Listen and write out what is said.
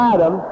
Adam